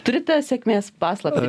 turite sėkmės paslaptį